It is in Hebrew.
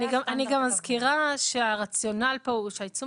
אני גם מזכירה שהרציונל כאן הוא שהעיצום